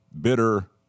Bitter